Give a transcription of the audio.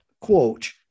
Quote